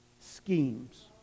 schemes